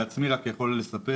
על עצמי רק אני יכול לספר,